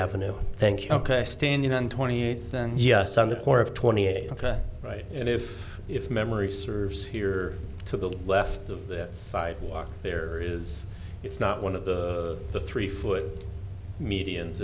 ok standing on twenty eighth and yes on the corner of twenty eight into right and if if memory serves here to the left of that sidewalk there is it's not one of the the three foot medi